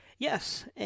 Yes